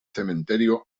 cementerio